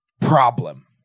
problem